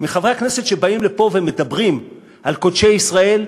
מחברי הכנסת שבאים לפה ומדברים על קודשי ישראל,